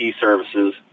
Services